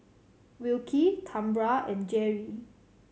Wilkie Tambra and Jeri